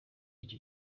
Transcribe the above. icyo